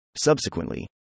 Subsequently